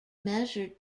measured